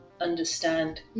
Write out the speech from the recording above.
understand